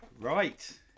Right